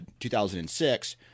2006